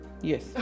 yes